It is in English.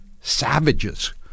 savages